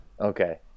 Okay